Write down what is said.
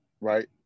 right